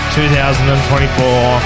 2024